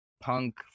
punk